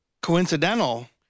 coincidental